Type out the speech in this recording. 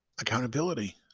accountability